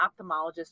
ophthalmologist